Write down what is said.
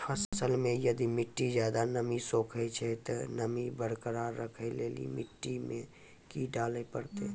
फसल मे यदि मिट्टी ज्यादा नमी सोखे छै ते नमी बरकरार रखे लेली मिट्टी मे की डाले परतै?